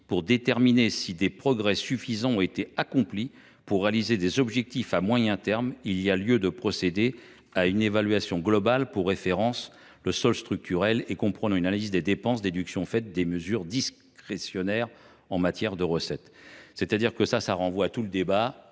…pour déterminer si des progrès suffisants ont été accomplis pour réaliser les objectifs à moyen terme, il y a lieu de procéder à une évaluation globale prenant pour référence le solde structurel et comprenant une analyse des dépenses, déduction faite des mesures discrétionnaires en matière de recettes… » Ce est au fondement de l’une des